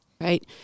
Right